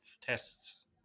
tests